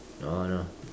no no